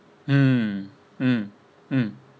mm mm mm